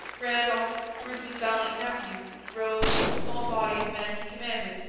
randolph, bruce's valiant nephew, rode, with the small body of men he commanded,